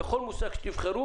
מושג שתבחרו